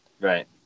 Right